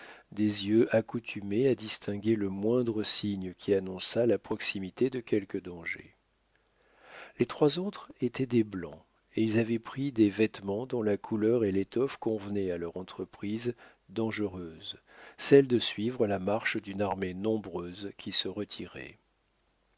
des yeux accoutumés à distinguer le moindre signe qui annonçât la proximité de quelque danger les trois autres étaient des blancs et ils avaient pris des vêtements dont la couleur et l'étoffe convenaient à leur entreprise dangereuse celle de suivre la marche d'une armée nombreuse qui se retirait